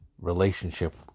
relationship